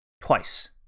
Twice